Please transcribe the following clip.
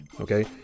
okay